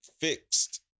fixed